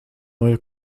neue